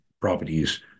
properties